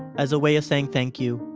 as a way of saying thank you,